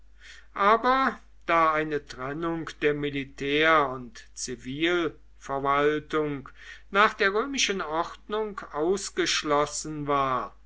aber da eine trennung der militär und zivilverwaltung nach der römischen ordnung ausgeschlossen war